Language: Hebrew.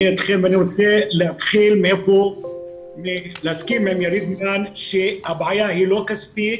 אני אתכם ואני רוצה להסכים עם יריב מן שהבעיה היא לא כספית,